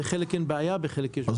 עם חלק אין בעיה, ובחלק יש בעיה.